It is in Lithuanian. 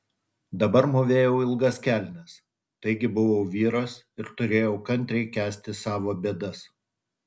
dabar mūvėjau ilgas kelnes taigi buvau vyras ir turėjau kantriai kęsti savo bėdas